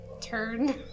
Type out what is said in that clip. Turn